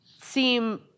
seem